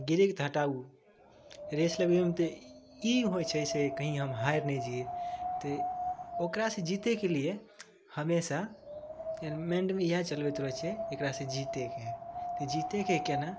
गिरैके तऽ हटाउ रेस लगबैमे तऽ ई होइ छै से कहीँ हम हारि नहि जाइए तऽ ओकरासे जितैके लिए हमेशा माइण्डमे इएह चलबैत रहै छी एकरासे जितैके हइ तऽ जितैके कोना